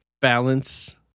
Balance